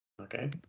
okay